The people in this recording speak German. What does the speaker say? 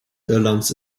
irlands